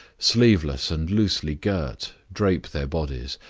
sleeveless and loosely girt, drape their bodies,